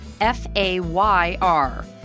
F-A-Y-R